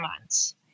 months